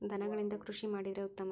ದನಗಳಿಂದ ಕೃಷಿ ಮಾಡಿದ್ರೆ ಉತ್ತಮ